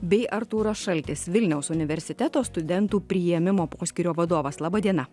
bei artūras šaltis vilniaus universiteto studentų priėmimo poskyrio vadovas laba diena